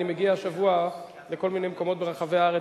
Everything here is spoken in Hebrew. אני מגיע השבוע לכל מיני מקומות ברחבי הארץ,